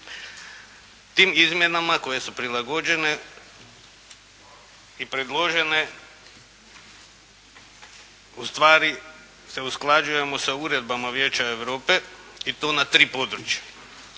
Tim izmjenama koje su prilagođene i predložene ustvari se usklađujemo sa uredbama Vijeća Europe i to na tri područja.